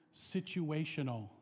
situational